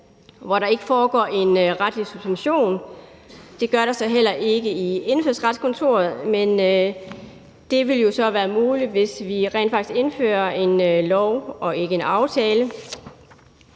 hvor der ikke foregår en retlig subsumtion. Det gør der så heller ikke i Indfødsretskontoret. Men det ville jo så være muligt, hvis vi rent faktisk havde en lov og ikke en aftale